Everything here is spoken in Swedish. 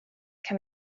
kan